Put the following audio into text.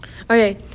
Okay